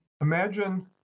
Imagine